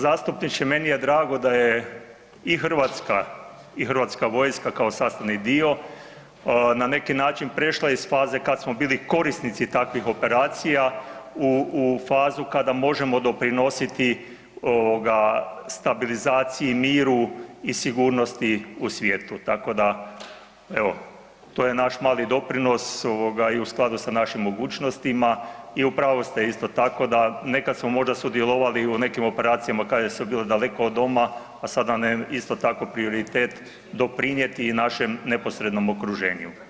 g. Zastupniče, meni je drago da je i Hrvatska i HV kao sastavni dio na neki način prešla iz faze kad smo bili korisnici takvih operacija u, u fazu kada možemo doprinositi ovoga stabilizaciji, miru i sigurnosti u svijetu tako da evo, to je naš mali doprinos i u skladu sa našim mogućnostima i u pravu ste, isto tako, da nekad smo možda sudjelovali u nekim operacijama kada su bile daleko od doma, ali sada nam je isto tako prioritet doprinijeti i našem neposrednom okruženju.